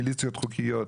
מליציות חוקיות,